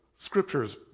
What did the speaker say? scriptures